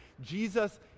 Jesus